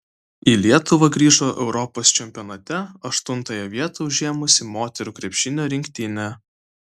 į lietuvą grįžo europos čempionate aštuntąją vietą užėmusi moterų krepšinio rinktinė